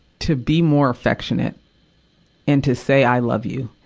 to be more affectionate and to say i love you.